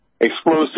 Explosive